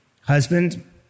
husband